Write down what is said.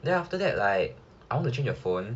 then after that like I want to change a phone